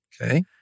Okay